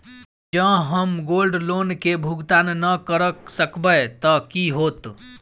जँ हम gold loan केँ भुगतान न करऽ सकबै तऽ की होत?